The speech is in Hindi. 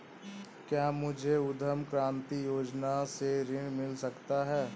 क्या मुझे उद्यम क्रांति योजना से ऋण मिल सकता है?